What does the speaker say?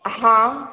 हँ